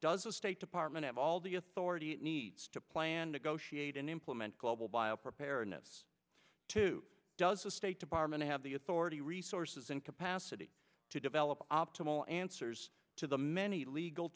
does the state department have all the authority it needs to plan negotiate and implement global bio preparedness to does the state department have the authority resources and capacity to develop optimal answers to the many legal